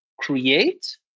create